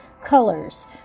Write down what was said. colors